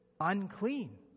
unclean